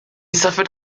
suffered